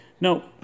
No